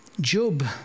Job